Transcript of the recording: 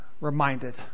reminded